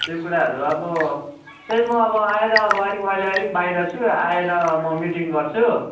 त्यो कुराहरू अब त्यही म अब आएर अब अलिक म अहिले अलिक बाहिर छु आएर म मिटिङ गर्छु